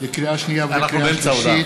לקריאה שנייה ולקריאה שלישית: